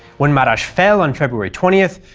when marash fell on february twentieth,